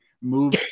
move